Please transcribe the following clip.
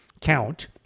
count